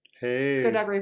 Hey